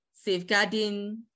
Safeguarding